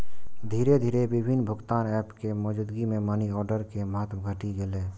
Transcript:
धीरे धीरे विभिन्न भुगतान एप के मौजूदगी मे मनीऑर्डर के महत्व घटि गेलै